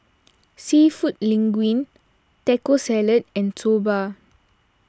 Seafood Linguine Taco Salad and Soba